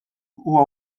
huwa